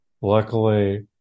Luckily